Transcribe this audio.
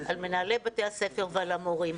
על מנהלי בתי הספר ועל המורים,